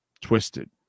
twisted